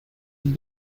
and